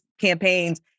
campaigns